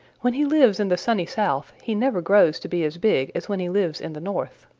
when he lives in the sunny south he never grows to be as big as when he lives in the north.